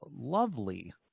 lovely